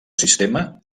sistema